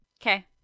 Okay